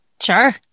Sure